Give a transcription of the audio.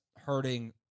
hurting